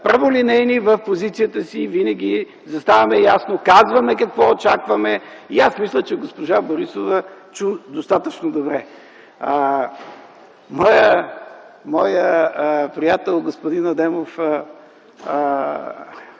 праволинейни в позицията си и винаги заставаме, ясно казваме какво очакваме. Аз мисля, че госпожа Борисова чу достатъчно добре. На моя приятел, господин Адемов,